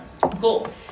Cool